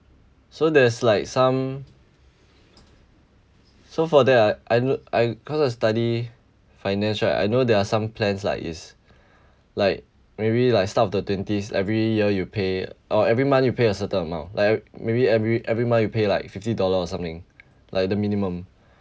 so there's like some so for that I I cause I study finance right I know there are some plans like is like maybe like start of the twenties every year you pay or every month you pay a certain amount like maybe every every month you pay like fifty dollar or something like the minimum